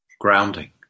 grounding